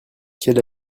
quelle